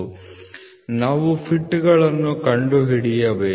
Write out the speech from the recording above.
ನಾವು ಫಿಟ್ಗಳನ್ನು ಕಂಡುಹಿಡಿಯಬೇಕು